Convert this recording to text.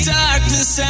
darkness